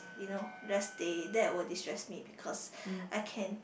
you know rest day that will destress me because I can